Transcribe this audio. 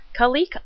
Khalik